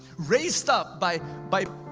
raised up by by